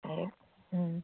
ꯎꯝ